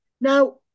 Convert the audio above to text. Now